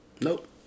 Nope